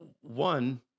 One